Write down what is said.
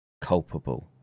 culpable